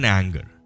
anger